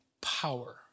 power